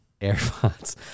AirPods